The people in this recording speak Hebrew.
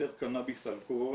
יותר קנאביס, אלכוהול,